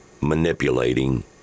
manipulating